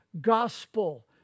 gospel